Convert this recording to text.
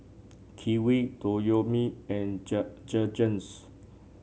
Kiwi Toyomi and Jergens